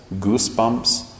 goosebumps